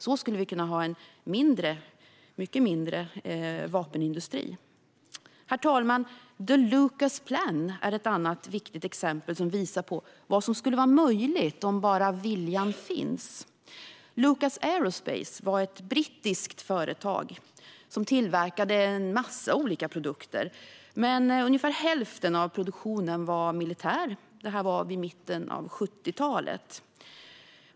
Så skulle vi kunna ha en mycket mindre vapenindustri. Herr talman! The Lucas Plan är ett annat viktigt exempel som visar på vad som är möjligt om bara viljan finns. Lucas Aerospace var ett brittiskt företag som tillverkade en massa olika produkter. Ungefär hälften av produktionen var militär. Detta var vid mitten av 70-talet.